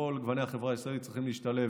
כל גוני החברה הישראלית צריכים להשתלב